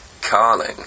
Carling